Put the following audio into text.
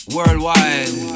Worldwide